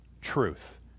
truth